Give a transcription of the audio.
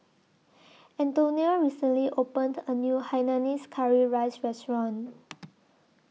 Antonia recently opened A New Hainanese Curry Rice Restaurant